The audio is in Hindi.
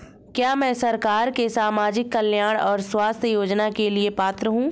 क्या मैं सरकार के सामाजिक कल्याण और स्वास्थ्य योजना के लिए पात्र हूं?